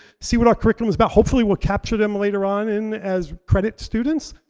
see what our curriculum's about. hopefully we'll capture them later on and as credit students.